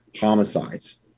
homicides